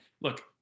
Look